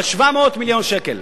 על 700 מיליון שקל.